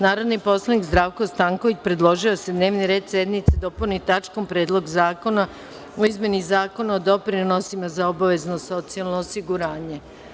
Narodni poslanik Zdravko Stanković predložio je da se dnevni red sednice dopuni tačkom – Predlog zakona o izmeni Zakona o doprinosima za obavezno socijalno osiguranje.